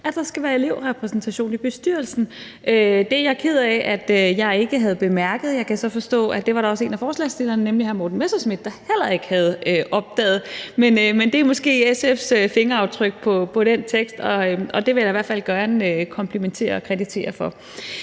at der skal være elevrepræsentation i bestyrelsen. Det er jeg ked af jeg ikke har bemærket. Jeg kan så forstå, at det var der også en af forslagsstillerne, nemlig hr. Morten Messerschmidt, der heller ikke havde opdaget, men det er måske SF's fingeraftryk på den tekst – og det vil jeg da i hvert fald gerne komplimentere og kreditere for.